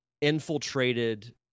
infiltrated